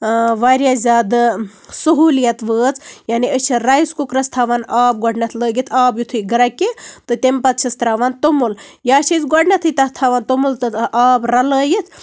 واریاہ زیادٕ سہوٗلِیت وٲژ یعنی أسۍ چھِ رایِس کُکرَس تھاوان آب گۄڈٕنیٚتھ لٲگِتھ آب یِتھُے گریٚکہِ تہٕ تَمہِ پَتہٕ چھِس تراوان تۄمُل یا چھِ أسۍ گۄڈٕنیٚتھٕے تَتھ تھاوان تۄمُل تَتھ آبَ رَلٲیِتھ